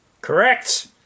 Correct